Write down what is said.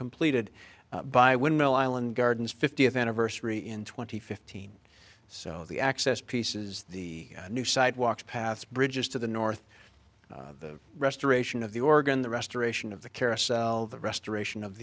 completed by windmill island gardens fiftieth anniversary in twenty fifteen so the access pieces the new sidewalks paths bridges to the north of the restoration of the organ the restoration of the carousel the restoration of